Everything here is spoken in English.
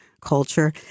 culture